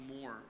more